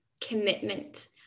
commitment